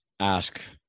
Ask